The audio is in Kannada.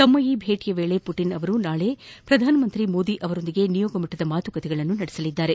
ತಮ್ಮ ಈ ಭೇಟಿಯ ವೇಳೆ ಪುಟಿನ್ ಅವರು ನಾಳೆ ಪ್ರಧಾನಮಂತ್ರಿ ನರೇಂದ್ರ ಮೋದಿ ಅವರೊಂದಿಗೆ ನಿಯೋಗ ಮಟ್ಟದ ಮಾತುಕತೆ ನಡೆಸಲಿದ್ದಾರೆ